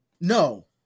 No